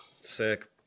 Sick